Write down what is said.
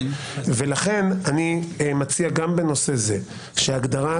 ולכן אני מציע גם בנושא זה שהגדרת